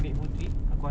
dia luck